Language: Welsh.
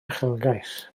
uchelgais